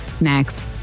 next